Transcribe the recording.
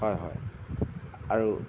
হয় হয় আৰু